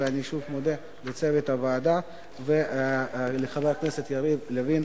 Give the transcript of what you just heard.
ואני שוב מודה לצוות הוועדה ולחבר הכנסת יריב לוין,